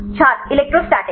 छात्र इलेक्ट्रोस्टैटिक